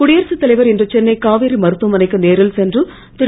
குடியரசுத் தலைவர் இன்று சென்னை காவேரி மருத்துவமனைக்கு நேரில் சென்று திரு